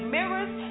Mirrors